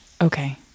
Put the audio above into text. Okay